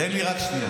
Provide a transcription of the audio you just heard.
תן לי רק שנייה.